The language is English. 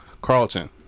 Carlton